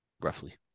roughly